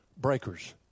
breakers